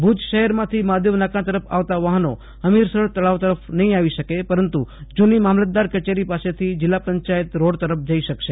ભૂજ શહેરમાંથી મહાદેવ નાકા તરફ આવતાં વાહનો હમીરસર તળાવ તરફ નહી આવી શકે પરંતુ જુની મામલતદાર કચેરી પાસેથી જિલ્લા પંચાયત રોડ તરફ જઇ શકશે